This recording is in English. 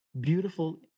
beautiful